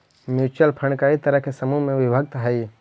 mutual fund कई तरह के समूह में विभक्त हई